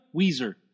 Weezer